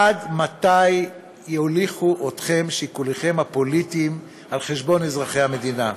עד מתי יוליכו אתכם שיקוליכם הפוליטיים על חשבון אזרחי המדינה?